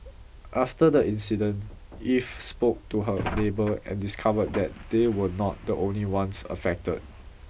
after the incident Eve spoke to her neighbour and discovered that they were not the only ones affected